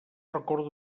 recordo